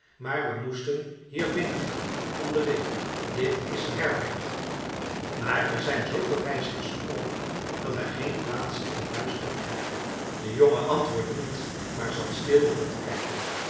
maar we moesten hier binnengaan om den regen dit is een herberg maar er zijn zooveel reizigers gekomen dat wij geen plaats in het huis kunnen krijgen de jongen antwoordde niet maar zat stil rond te kijken